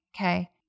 okay